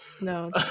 no